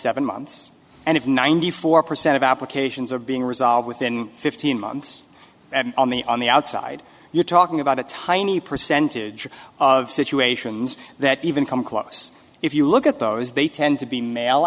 seven months and if ninety four percent of applications are being resolved within fifteen months on the on the outside you're talking about a tiny percentage of situations that even come close if you look at those they tend to be male